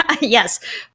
Yes